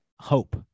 hope